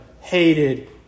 hated